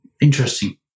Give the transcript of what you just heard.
interesting